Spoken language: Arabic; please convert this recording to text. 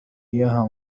إياها